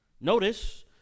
Notice